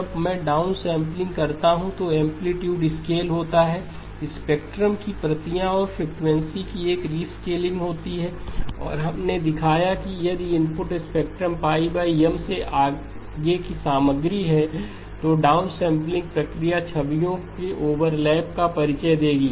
जब मैं डाउनसमलिंग करता हूं तो एंप्लीट्यूड स्केल होता है स्पेक्ट्रम की प्रतियां और फ्रीक्वेंसी की एक रिस्केलिंग होती है और हमने दिखाया है कि यदि इनपुट स्पेक्ट्रम में π M से आगे की सामग्री है तो डाउनसैंपलिंग प्रक्रिया छवियों के ओवरलैपिंग का परिचय देगी